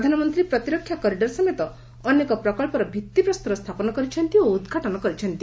ପ୍ରଧାନମନ୍ତ୍ରୀ ପ୍ରତିରକ୍ଷା କରିଡର ସମେତ ଅନେକ ପ୍ରକଳ୍ପର ଭିଭିପ୍ସର ସ୍ଥାପନ କରିଛନ୍ତି ଓ ଉଦ୍ଘାଟନ କରିଛନ୍ତି